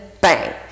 bang